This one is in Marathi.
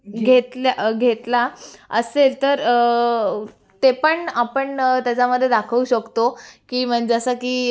घेतल्या घेतला असेल तर ते पण आपण त्याच्यामध्ये दाखवू शकतो की म्हणजे असं की